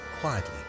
quietly